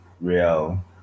Real